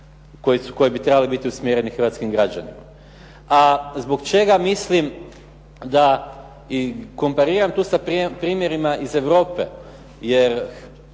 koja bi trebala biti usmjerena hrvatskim građanima. A zbog čega mislim da i kompariram tu sa primjerima iz Europe? Jer